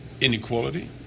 inequality